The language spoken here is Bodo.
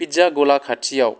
पिज्जा गला खाथियाव